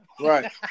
Right